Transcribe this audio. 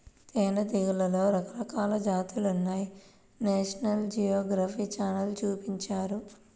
తేనెటీగలలో రకరకాల జాతులున్నాయని నేషనల్ జియోగ్రఫీ ఛానల్ చూపించారు